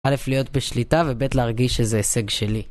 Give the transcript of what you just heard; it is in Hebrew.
א. להיות בשליטה וב. להרגיש שזה הישג שלי